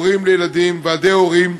הורים לילדים וועדי הורים